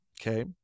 Okay